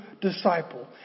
disciple